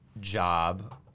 job